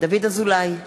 דוד אזולאי,